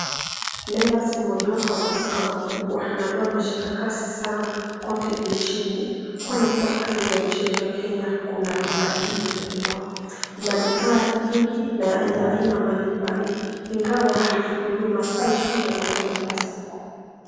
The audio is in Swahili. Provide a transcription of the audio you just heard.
Naivas ni mojawapo wa maduka makubwa na ambayo yameshika kasi sana kote nchini, kwani kila pande za nchi yetu ya Kenya kuna duka hili kubwa. Ina bidhaa mingi na za aina mbalimbali, ingawa haifunguliwi masaa ishirini na manne kwa siku.